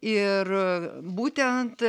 ir būtent